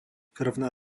krvná